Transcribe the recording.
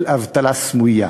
של אבטלה סמויה.